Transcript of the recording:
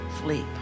sleep